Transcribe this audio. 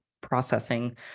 processing